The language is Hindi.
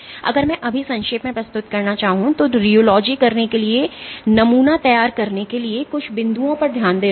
अगर मैं अभी संक्षेप में प्रस्तुत करना चाहूंगा तो रियोलॉजी करने के लिए नमूना तैयार करने के लिए कुछ बिंदुओं पर ध्यान देना होगा